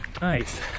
nice